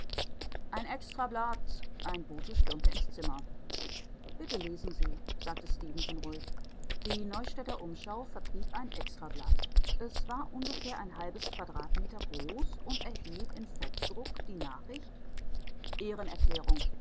ein extrablatt ein bote stürmte ins zimmer bitte lesen sie sagte stefenson ruhig die neustädter umschau vertrieb ein extrablatt es war ungefähr ein halbes quadratmeter groß und enthielt in fettdruck die nachricht